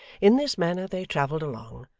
in this manner they travelled along,